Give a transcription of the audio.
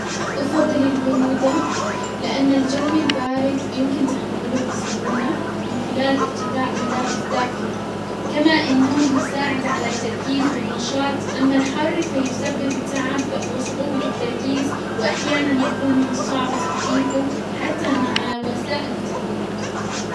افضل البرودة، لان الجو البارد يمكن تحمله بسهولة من خلال ارتداء ملابس دافئة، كما انه يساعد على التركيز والنشاط، اما الحر فيسبب التعب وصعوبة التركيز واحيانا يكون من الصعب تخفيفه حتى مع وسائل التبريد.